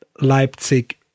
Leipzig